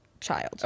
child